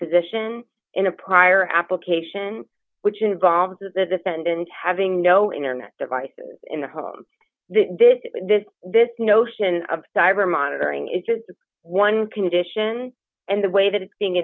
position in a prior application which involves a defendant having no internet devices in the home this notion of cyber monitoring is just one condition and the way that it's being